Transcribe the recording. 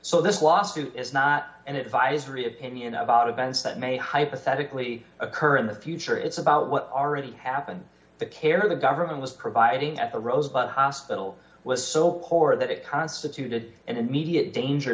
so this lawsuit is not an advisory opinion about events that may hypothetically occur in the future it's about what already happened the care the government was providing at the rose hospital was so poor that it constituted an immediate danger